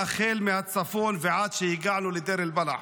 החל מהצפון ועד שהגענו לדיר אל-בלח.